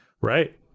Right